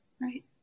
right